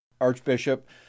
archbishop